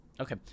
Okay